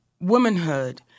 womanhood